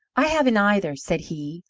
i haven't either, said he,